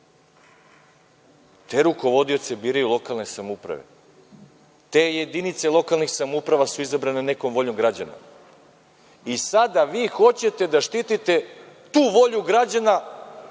Te rukovodioce biraju lokalne samouprave, te jedinice lokalnih samouprava su izabrane nekom voljom građana. Sada vi hoćete da štitite tu volju građana